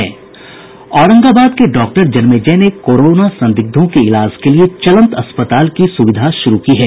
औरंगाबाद के डॉक्टर जन्मेजय ने कोरोना संदिग्धों के इलाज के लिए चलंत अस्पताल की सुविधा शुरू की है